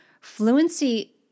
Fluency